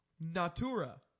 natura